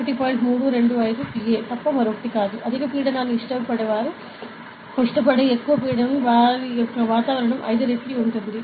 325 Pa తప్ప మరొకటి కాదు అధిక పీడనాన్ని ఇష్టపడే ఎక్కువ పీడనం వారి వాతావరణం 5 రెట్లు ఉంటుంది